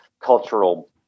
cultural